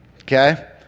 Okay